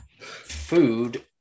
food